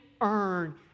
earn